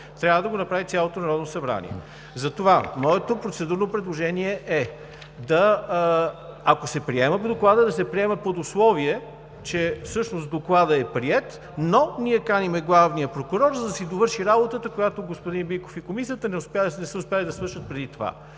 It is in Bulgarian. трябва да го направи цялото Народно събрание. Затова моето процедурно предложение е, ако се приеме Докладът, да се приеме под условие, че всъщност Докладът е приет, но ние каним главния прокурор, за да си довърши работата, която господин Биков и Комисията не са успели да свършат преди това.